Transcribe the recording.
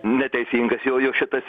neteisingas jojo šitas